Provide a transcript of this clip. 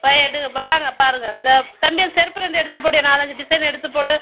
வா எடு வாங்க பாருங்க த தம்பி அந்த செருப்பு ரெண்டு எடுத்து போடுய்யா நாலஞ்சு டிசைன் எடுத்து போடு